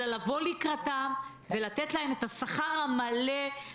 אלא לבוא לקראתם ולתת להם את השכר המלא.